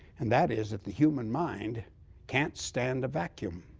and that is that the human mind can't stand a vacuum.